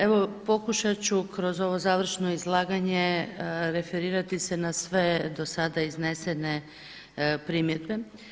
Evo pokušat ću kroz ovo završno izlaganje referirati se na sve do sada iznesene primjedbe.